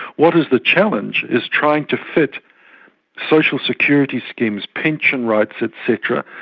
what is the challenge is trying to fit social security schemes, pension rights et cetera,